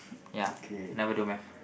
ya never do Math